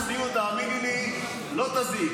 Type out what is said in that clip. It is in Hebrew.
וקצת יותר צניעות, תאמיני לי, לא תזיק.